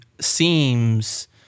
seems